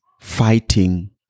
fighting